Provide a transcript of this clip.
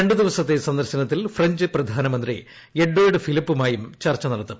രണ്ടു ദിവസത്തെ സന്ദർശനത്തിൽ ഫ്രഞ്ച് പ്രധാനമന്ത്രി എഡ്വാർഡ് ഫിലിപ്പുമായും ചർച്ച നടത്തും